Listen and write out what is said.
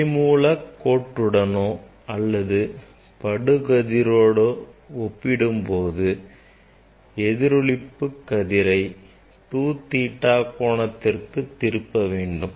ஒளிமூலத்தோடுனோ அல்லது படுகதிரோடு ஒப்பிடும் போது எதிரொளிப்பு கதிரை 2 theta கோணத்திற்கு திருப்ப வேண்டும்